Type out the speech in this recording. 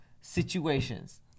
situations